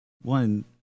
One